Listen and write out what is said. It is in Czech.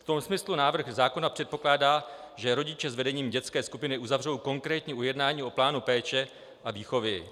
V tom smyslu návrh zákona předpokládá, že rodiče s vedením dětské skupiny uzavřou konkrétní ujednání o plánu péče a výchovy.